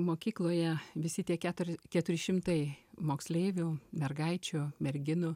mokykloje visi tie keturi keturi šimtai moksleivių mergaičių merginų